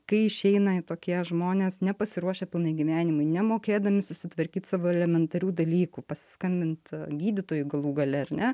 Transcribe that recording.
kai išeina tokie žmonės nepasiruošę pilnai gyvenimui nemokėdami susitvarkyt savo elementarių dalykų pasiskambint gydytojui galų gale ar ne